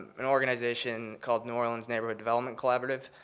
an organization called new orleans neighborhood development collaborative.